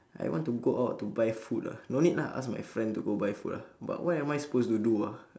I want to go out to buy food ah no need lah go ask my friend to buy food ah but what am I supposed to do ah